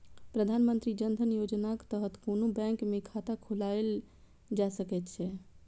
प्रधानमंत्री जन धन योजनाक तहत कोनो बैंक मे खाता खोलाएल जा सकै छै